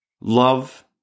Love